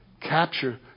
capture